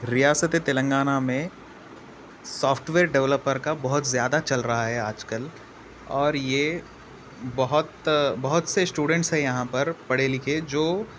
ریاست تلنگانہ میں software developer کا بہت زیادہ چل رہا ہے آج کل اور یہ بہت بہت سے اسٹوڈینٹس ہیں یہاں پر پڑھے لکھے جو